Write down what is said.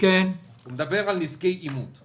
הוא מדבר על "נזקי עימות".